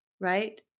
right